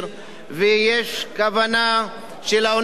ויש כוונה של האוניברסיטה,